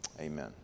amen